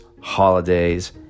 holidays